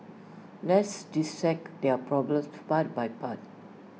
let's dissect their problem part by part